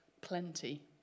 plenty